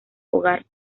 hogar